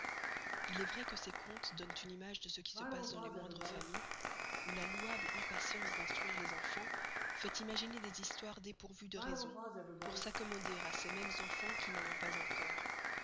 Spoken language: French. il est vray que ces contes donnent une image de ce qui se passe dans les moindres familles où la loüable impatience d'instruire les enfans fait imaginer des histoires dépourveuës de raison pour s'accommoder à ces mêmes enfans qui n'en ont pas encore